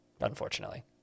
unfortunately